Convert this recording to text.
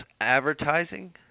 advertising